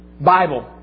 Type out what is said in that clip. Bible